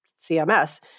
CMS